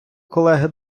колеги